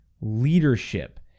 leadership